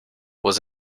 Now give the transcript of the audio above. was